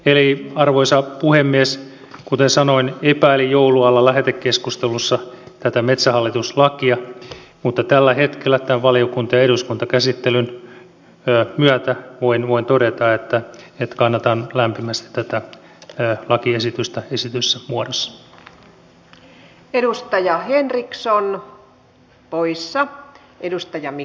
eli arvoisa puhemies kuten sanoin epäilin joulun alla lähetekeskustelussa tätä metsähallitus lakia mutta tällä hetkellä tämän valiokunta ja eduskuntakäsittelyn myötä voin todeta että kannatan lämpimästi tätä lakiesitystä esitetyssä muodossa